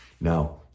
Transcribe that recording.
Now